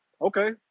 Okay